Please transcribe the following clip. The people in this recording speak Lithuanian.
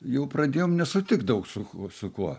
jau pradėjom nesutikt daug su su kuo